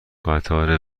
قطار